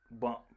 bump